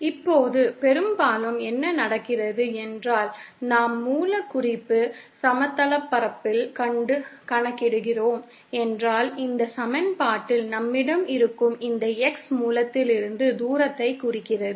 இப்போது பெரும்பாலும் என்ன நடக்கிறது என்றால் நாம் மூல குறிப்பு சமதளபரப்பில் கணக்கிடுகிறோம் என்றால் இந்த சமன்பாட்டில் நம்மிடம் இருக்கும் இந்த X மூலத்திலிருந்து தூரத்தை குறிக்கிறது